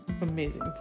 amazing